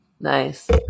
Nice